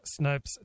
Snopes